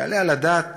יעלה על הדעת